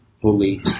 fully